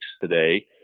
today